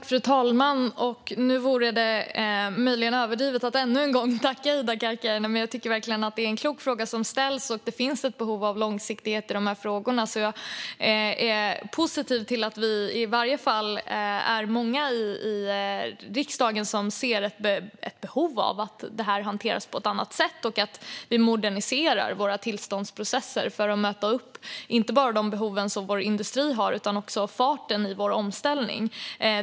Fru talman! Nu är det möjligen överdrivet att ännu en gång tacka Ida Karkiainen, men jag tycker verkligen att det är en klok fråga som ställs och att det finns ett behov av långsiktighet i dessa frågor. Jag är positiv till att vi i varje fall är många i riksdagen som ser ett behov av att hantera detta på ett annat sätt och att modernisera våra tillståndsprocesser för att möta inte bara de behov som vår industri har utan också farten i vår omställning.